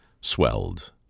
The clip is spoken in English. swelled